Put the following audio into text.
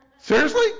Seriously